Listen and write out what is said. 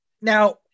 Now